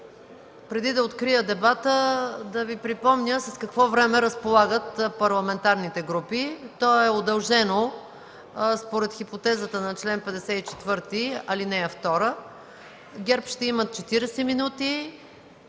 Преди да открия дебата, да Ви припомня с какво време разполагат парламентарните групи. То е удължено според хипотезата на чл. 54, ал. 2: ГЕРБ ще имат 40 мин.,